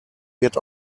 wird